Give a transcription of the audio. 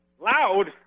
Loud